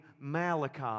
Malachi